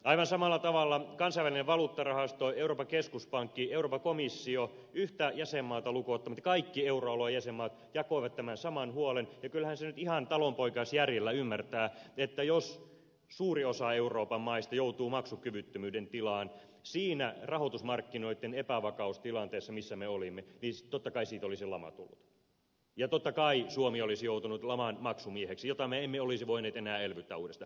aivan samalla tavalla kansainvälinen valuuttarahasto euroopan keskuspankki euroopan komissio yhtä jäsenmaata lukuun ottamatta kaikki euroalueen jäsenmaat jakoivat tämän saman huolen ja kyllähän sen nyt ihan talonpoikaisjärjellä ymmärtää että jos suuri osa euroopan maista olisi joutunut maksukyvyttömyyden tilaan siinä rahoitusmarkkinoitten epävakaustilanteessa missä me olimme niin totta kai siitä olisi lama tullut ja totta kai suomi olisi joutunut laman maksumieheksi jota lamaa me emme olisi voineet enää elvyttää uudestaan